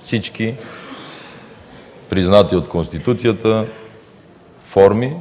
всички признати от Конституцията форми